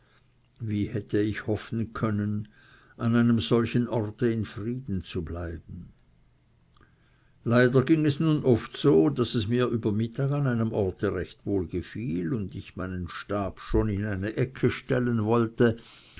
wie hätte ich hoffen können an einem solchen orte in frieden zu bleiben leider ging es nun oft so daß es mir über mittag an einem orte recht wohl gefiel und ich meinen stab schon in eine ecke stellen wollte